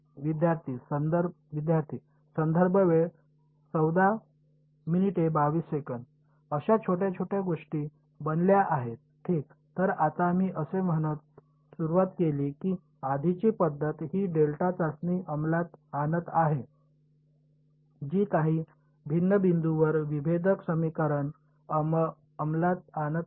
विद्यार्थीः अशा छोट्या छोट्या गोष्टी बनल्या आहेत ठीक तर आता आम्ही असे म्हणत सुरवात केली की आधीची पद्धत ही डेल्टा चाचणी अंमलात आणत आहे जी काही भिन्न बिंदूंवर विभेदक समीकरण अंमलात आणत आहे